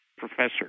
professor